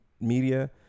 media